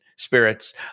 spirits